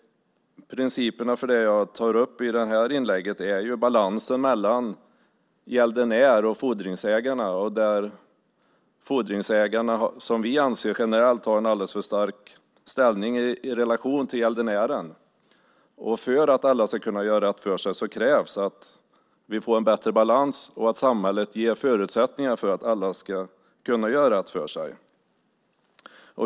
Principen för det jag tar upp i mitt inlägg är balansen mellan gäldenär och fordringsägare. Vi anser att fordringsägarna generellt har en alldeles för stark ställning i relation till gäldenären. För att alla ska kunna göra rätt för sig krävs att vi får en bättre balans och att samhället ger förutsättningar för att alla ska kunna göra rätt för sig.